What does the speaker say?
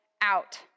out